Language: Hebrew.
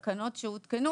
שהותקנו,